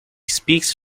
speaks